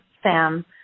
Sam